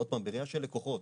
עוד פעם, בראייה של לקוחות.